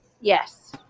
Yes